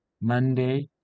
Monday